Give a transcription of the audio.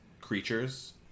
creatures